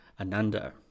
ananda